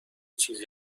چیزی